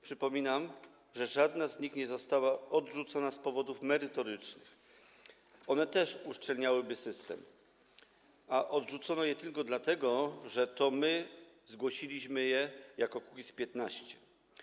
Przypominam, że żadna z nich nie została odrzucona z powodów merytorycznych - one też uszczelniałyby system - a odrzucono je tylko dlatego, że to my je zgłosiliśmy jako Kukiz’15.